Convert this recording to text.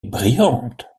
brillante